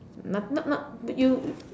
not not not you